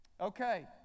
okay